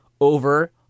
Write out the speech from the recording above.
over